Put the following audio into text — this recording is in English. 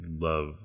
love